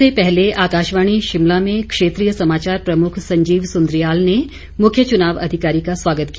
इससे पहले आकाशवाणी शिमला में क्षेत्रीय समाचार प्रमुख संजीव सुन्द्रियाल ने मुख्य चुनाव अधिकारी का स्वागत किया